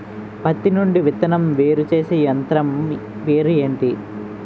పత్తి నుండి విత్తనం వేరుచేసే యంత్రం పేరు ఏంటి